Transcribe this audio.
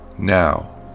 Now